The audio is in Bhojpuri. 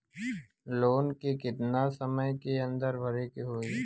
लोन के कितना समय के अंदर भरे के होई?